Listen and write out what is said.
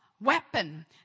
weapon